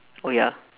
oh ya